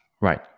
Right